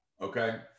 Okay